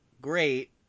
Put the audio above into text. great